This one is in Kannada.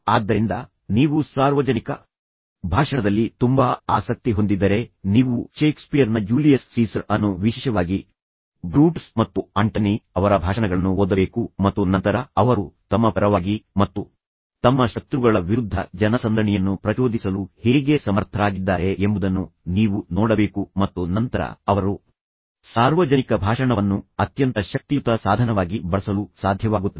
ಆದ್ದರಿಂದ ನೀವು ಸಾರ್ವಜನಿಕ ಭಾಷಣದಲ್ಲಿ ತುಂಬಾ ಆಸಕ್ತಿ ಹೊಂದಿದ್ದರೆ ನೀವು ಷೇಕ್ಸ್ಪಿಯರ್ನ ಜೂಲಿಯಸ್ ಸೀಸರ್ ಅನ್ನು ವಿಶೇಷವಾಗಿ ಬ್ರೂಟಸ್ ಮತ್ತು ಆಂಟನಿ ಅವರ ಭಾಷಣಗಳನ್ನು ಓದಬೇಕು ಮತ್ತು ನಂತರ ಅವರು ತಮ್ಮ ಪರವಾಗಿ ಮತ್ತು ತಮ್ಮ ಶತ್ರುಗಳ ವಿರುದ್ಧ ಜನಸಂದಣಿಯನ್ನು ಪ್ರಚೋದಿಸಲು ಹೇಗೆ ಸಮರ್ಥರಾಗಿದ್ದಾರೆ ಎಂಬುದನ್ನು ನೀವು ನೋಡಬೇಕು ಮತ್ತು ನಂತರ ಅವರು ಸಾರ್ವಜನಿಕ ಭಾಷಣವನ್ನು ಅತ್ಯಂತ ಶಕ್ತಿಯುತ ಸಾಧನವಾಗಿ ಬಳಸಲು ಸಾಧ್ಯವಾಗುತ್ತದೆ